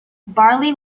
barley